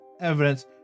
evidence